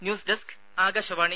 news desk Akashvani